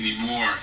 anymore